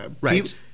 right